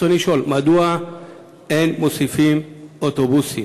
ברצוני לשאול: מדוע אין מוסיפים אוטובוסים?